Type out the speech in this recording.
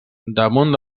damunt